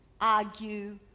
argue